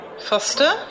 Foster